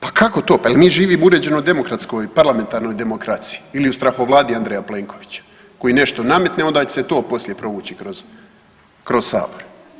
Pa kako to, pa jel mi živimo u uređenoj demokratskoj, parlamentarnoj demokraciji ili u strahovladi Andreja Plenkovića koji nešto nametne onda će se to poslije provući kroz, kroz sabor?